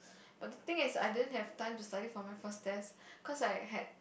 but the thing is I don't have the time to study for my first test because I had